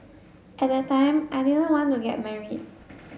at that time I didn't want to get married